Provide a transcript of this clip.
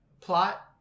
plot